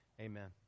Amen